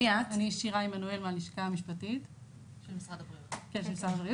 שירה עמנואל מהלשכה המשפטית במשרד הבריאות.